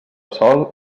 sol